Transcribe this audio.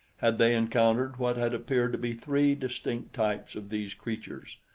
had they encountered what had appeared to be three distinct types of these creatures.